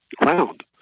round